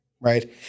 right